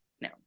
no